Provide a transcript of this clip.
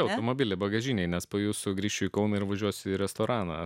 automobilio bagažinėje nes po jų sugrįšiu į kauną ir važiuosiu į restoraną